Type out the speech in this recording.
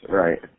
right